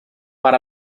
per